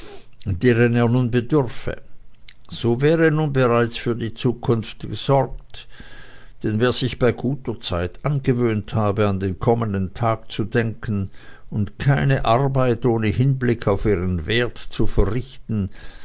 nun bedürfe so wäre nun bereits für die zukunft gesorgt denn wer sich bei guter zeit angewöhnt habe an den kommenden tag zu denken und keine arbeit ohne hinblick auf ihren wert zu verrichten